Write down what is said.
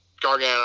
Gargano